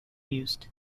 used